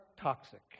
toxic